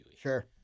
Sure